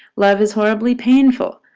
love is horribly painful.